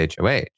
HOH